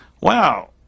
wow